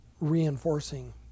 reinforcing